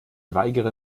weigere